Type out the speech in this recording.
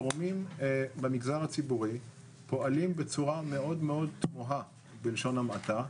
גורמים במגזר הציבורי פועלים בצורה מאוד מאוד תמוהה בלשון המעטה,